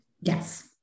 Yes